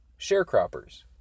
sharecroppers